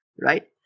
right